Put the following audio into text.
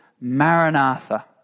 Maranatha